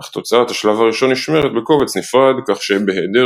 אך תוצאת השלב הראשון נשמרת בקובץ נפרד כך שבהיעדר